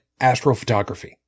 astrophotography